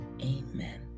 amen